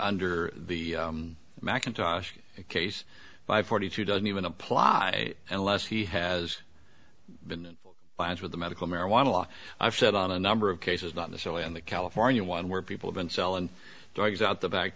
under the macintosh case by forty two doesn't even apply unless he has been with the medical marijuana law i've said on a number of cases not the so in the california one where people have been selling drugs out the back